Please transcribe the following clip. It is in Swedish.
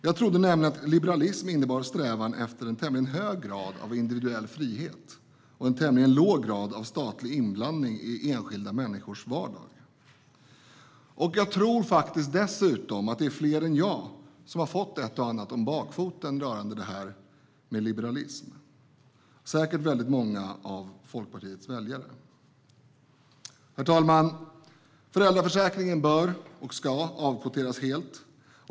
Jag trodde nämligen att liberalism innebar strävan efter en tämligen hög grad individuell frihet och en tämligen låg grad statlig inblandning i enskilda människors vardag. Jag tror dessutom att fler än jag har fått ett och annat om bakfoten i fråga om liberalism, säkert många av Folkpartiets väljare. Herr talman! Föräldraförsäkringen bör och ska avkvoteras helt.